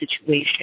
situation